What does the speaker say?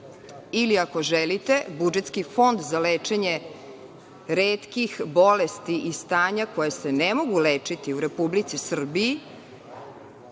Ili ako želite budžetski Fond za lečenje retkih bolesti i stanja koja se ne mogu lečiti u Republici Srbiji